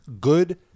good